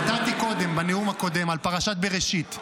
נתתי קודם, בנאום הקודם, על פרשת בראשית.